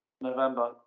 November